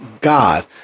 God